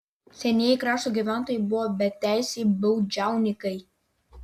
senieji krašto gyventojai buvo beteisiai baudžiauninkai